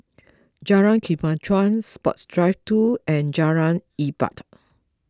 Jalan Kemajuan Sports Drive two and Jalan Ibadat